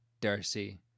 Darcy